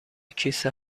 کیسه